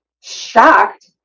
shocked